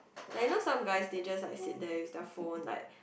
like you know some guys they just like sit there with their phone like